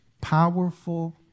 powerful